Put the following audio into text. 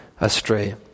astray